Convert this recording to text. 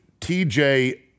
TJ